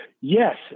Yes